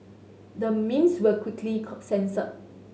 the memes were quickly censored